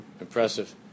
impressive